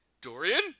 Dorian